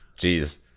jeez